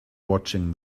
watching